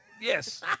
yes